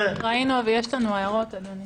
ראינו, ויש לנו הערות, אדוני.